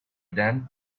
then